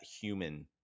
human